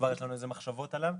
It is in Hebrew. כבר יש לנו מחשבות עליו,